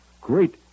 great